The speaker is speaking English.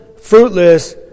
fruitless